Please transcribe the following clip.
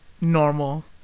normal